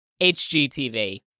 HGTV